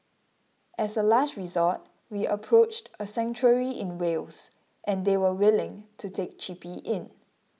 as a last resort we approached a sanctuary in Wales and they were willing to take Chippy in